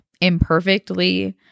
imperfectly